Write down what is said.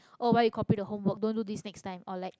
oh why you copy the homework don't do this next time or like